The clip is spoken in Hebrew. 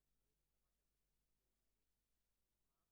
אין לך,